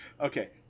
Okay